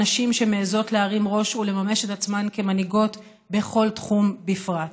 ונשים שמעיזות להרים ראש ולממש את עצמן כמנהיגות בכל תחום בפרט.